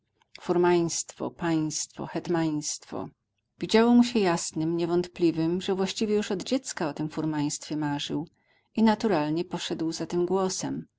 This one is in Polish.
literze furmaństwo państwo hetmaństwo widziało mu się jasnem niewątpliwem że właściwie już od dziecka o tem furmaństwie marzył i naturalnie poszedł za tym głosem